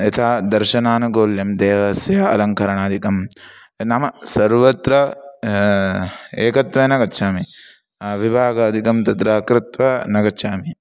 यथा दर्शनानुकूल्यं देवस्य अलङ्करणादिकं नाम सर्वत्र एकत्वेन गच्छामि विभागादिकं तत्र कृत्वा न गच्छामि